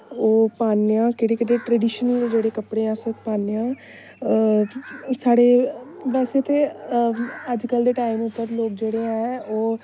ओह् पान्ने आं केह्ड़े केह्ड़े ट्रेडिशनल जेह्ड़े कपड़े अस पान्ने आं साढ़े बैसे ते अज कल्ल दे टाईम उप्पर लोग जेह्ड़े ऐं ओह्